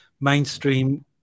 mainstream